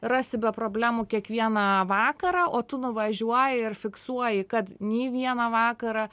rasi be problemų kiekvieną vakarą o tu nuvažiuoji ir fiksuoji kad nei vieną vakarą